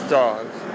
dogs